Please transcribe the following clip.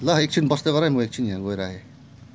ल एकछिन बस्दै गर है म एकछिन यहाँ गएर आए